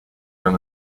dans